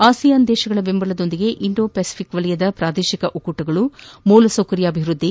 ASEAN ರಾಷ್ಸಗಳ ಬೆಂಬಲದೊಂದಿಗೆ Indo Pacific ವಲಯದ ಪ್ರಾದೇಶಕ ಒಕ್ಕೂಟಗಳು ಮೂಲ ಸೌಕರ್ಯ ಅಭಿವೃದ್ದಿ